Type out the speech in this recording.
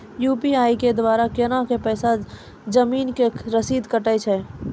UPI के द्वारा केना कऽ पैसा जमीन के रसीद कटैय छै?